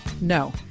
no